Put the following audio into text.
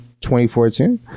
2014